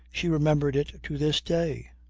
she remembered it to this day.